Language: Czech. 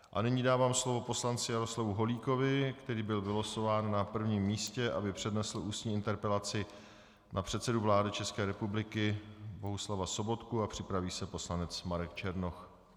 A nyní dávám slovo poslanci Jaroslavu Holíkovi, který byl vylosován na prvním místě, aby přednesl ústní interpelaci na předsedu vlády České republiky Bohuslava Sobotku, a připraví se poslanec Marek Černoch.